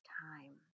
time